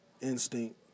instinct